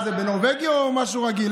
מה זה, בנורבגי או משהו רגיל?